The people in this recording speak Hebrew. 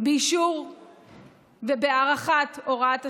באישור הארכת הוראת השעה.